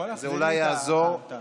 אולי זה יעזור,